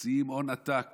מוציאים הון עתק